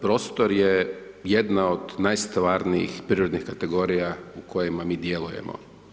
Prostor je jedna od najstvarnijih prirodnih kategorija u kojima mi djelujemo.